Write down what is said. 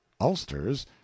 ulsters